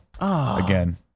Again